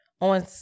on